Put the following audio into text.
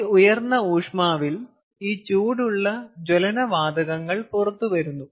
ഈ ഉയർന്ന ഊഷ്മാവിൽ ഈ ചൂടുള്ള ജ്വലന വാതകങ്ങൾ പുറത്തുവരുന്നു